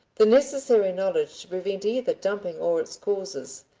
the necessary knowledge to prevent either dumping or its causes,